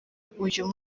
uyu